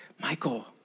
Michael